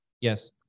Yes